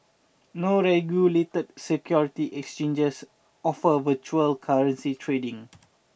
no regulated security exchanges offer virtual currency trading